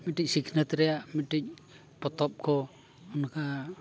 ᱢᱤᱫᱴᱟᱝ ᱥᱤᱠᱷᱱᱟᱹᱛ ᱨᱮᱭᱟᱜ ᱢᱤᱫᱴᱟᱝ ᱯᱚᱛᱚᱵ ᱠᱚ ᱚᱱᱠᱟ